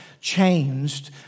changed